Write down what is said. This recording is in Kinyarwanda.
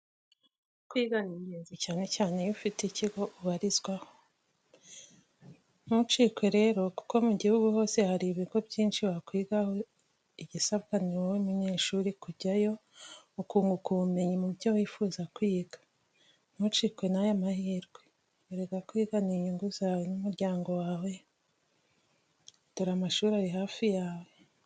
Kwiga ni ingenzi, cyane cyane iyo ufite ikigo ubarizwaho. Ntucikwe rero kuko mu gihugu hose hari Ibigo byinshi wakwigaho igisabwa ni wowe munyeshuri kujyayo ukunguka ubumenyi mu byo wifuza kwiga. Ntucikwe n'aya mahirwe, erega kwiga ni inyungu zawe n'umuryango wawe. Dore amashuri ari hafi yawe.